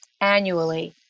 annually